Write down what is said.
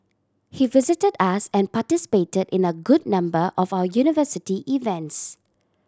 he visited us and participated in a good number of our university events